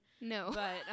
No